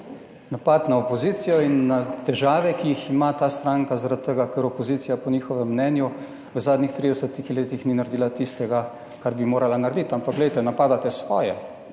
napad na opozicijo in na težave, ki jih ima ta stranka zaradi tega, ker opozicija po njihovem mnenju v zadnjih 30 letih ni naredila tistega, kar bi morala narediti. Ampak glejte, napadate svoje